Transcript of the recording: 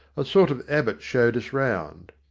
a sort of abbot showed us round.